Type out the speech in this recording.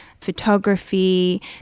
photography